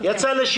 הן מכוח הוראות